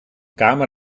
kamer